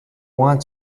want